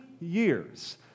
years